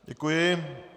Děkuji.